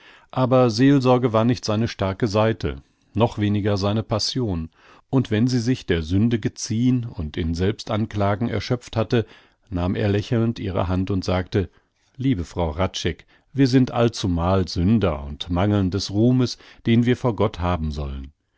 aber seelsorge war nicht seine starke seite noch weniger seine passion und wenn sie sich der sünde geziehn und in selbstanklagen erschöpft hatte nahm er lächelnd ihre hand und sagte liebe frau hradscheck wir sind allzumal sünder und mangeln des ruhmes den wir vor gott haben sollen